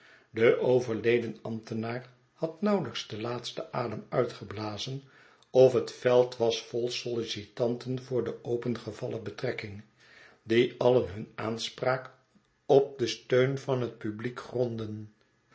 de overleden ambtenaar had nauwelijks den laatsten adem uitgeblazen of het veld was vol sollicitanten voor de opengevallen betrekking die alien hun aanspraak op den steun van het publiek grondden